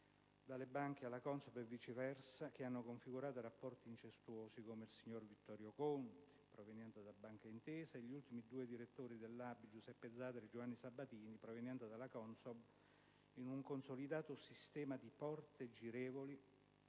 dalle banche alla CONSOB e viceversa, che hanno configurato rapporti incestuosi, come nel caso del signor Vittorio Conti, proveniente da Banca Intesa, o degli ultimi due direttori dell'ABI, Giuseppe Zadra e Giovanni Sabatini, provenienti dalla CONSOB, in un consolidato sistema di porte girevoli